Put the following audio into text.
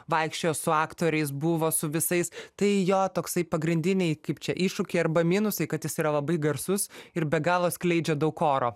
vaikščiojo su aktoriais buvo su visais tai jo toksai pagrindiniai kaip čia iššūkiai arba minusai kad jis yra labai garsus ir be galo skleidžia daug oro